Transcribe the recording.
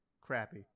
crappy